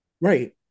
right